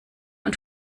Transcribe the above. und